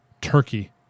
Turkey